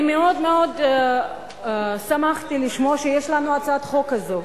אני מאוד מאוד שמחתי לשמוע שיש לנו הצעת חוק כזאת.